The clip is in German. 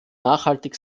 nachhaltig